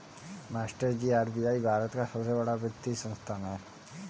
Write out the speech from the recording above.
मास्टरजी आर.बी.आई भारत का बड़ा वित्तीय संस्थान है